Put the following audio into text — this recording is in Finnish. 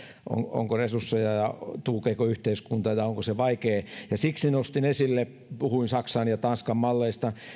onko resursseja tukeeko yhteiskunta ja onko se vaikeaa ja siksi puhuin saksan ja tanskan malleista